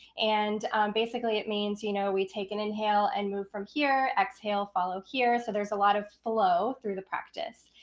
and basically it means, you know, we take an inhale and move from here, exhale, follow here. so there's a lot of flow through the practice,